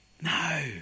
No